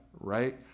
right